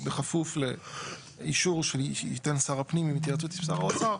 בכפוף לאישור שייתן שר הפנים בהתייעצות עם שר האוצר,